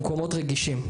במקומות רגישים.